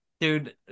dude